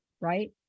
right